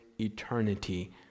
eternity